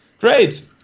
Great